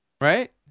Right